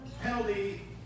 penalty